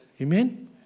Amen